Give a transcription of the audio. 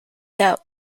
doubt